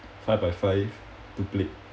five by five two plate